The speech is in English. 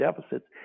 deficits